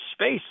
space